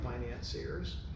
financiers